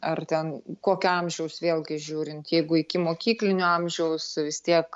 ar ten kokio amžiaus vėlgi žiūrint jeigu ikimokyklinio amžiaus vis tiek